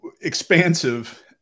expansive